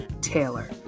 Taylor